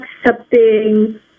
accepting